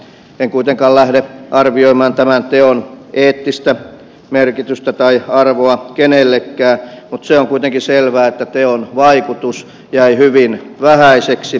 en kuitenkaan lähde arvioimaan tämän teon eettistä merkitystä tai arvoa kenellekään mutta se on kuitenkin selvää että teon vaikutus jäi hyvin vähäiseksi